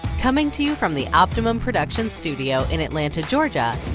coming to you from the optimum productions studio, in atlanta, georgia,